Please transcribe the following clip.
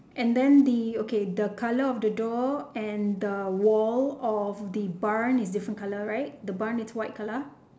and then the okay the colour of the door and the wall of the barn is different colour right the barn is white colour